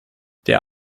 der